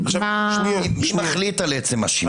מי מחליט על עצם השימוע?